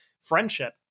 friendship